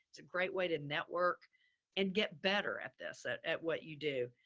it's a great way to network and get better at this at, at what you do.